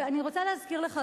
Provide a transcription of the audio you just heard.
אני רוצה להזכיר לך,